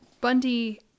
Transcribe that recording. Bundy